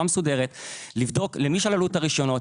מסודרת ולבדוק למי שללו את הרישיונות.